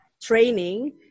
training